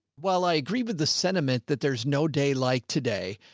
well, i agree with the sentiment that there's no day like today.